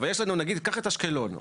נגיד את אשקלון.